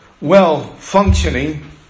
well-functioning